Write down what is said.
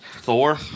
Thor